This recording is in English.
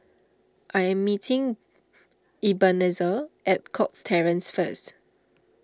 I am meeting Ebenezer at Cox Terrace first